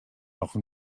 noch